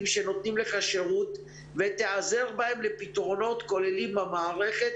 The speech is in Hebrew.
שנותנים לך שירות ותיעזר בהם לפתרונות כוללים במערכת.